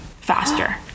Faster